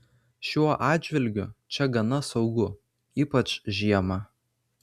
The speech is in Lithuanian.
šiuo atžvilgiu čia gana saugu ypač žiemą